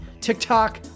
TikTok